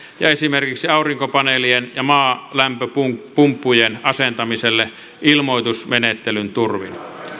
ja esimerkiksi aurinkopaneelien ja maalämpöpumppujen asentamiselle ilmoitusmenettelyn turvin